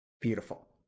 Beautiful